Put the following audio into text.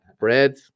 Bread